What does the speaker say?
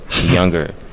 Younger